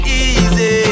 easy